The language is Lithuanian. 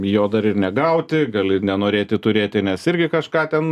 jo dar ir negauti gali nenorėti turėti nes irgi kažką ten